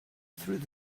through